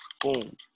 boom